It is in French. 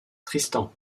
tristan